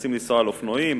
רוצים לנסוע על אופנועים,